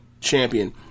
champion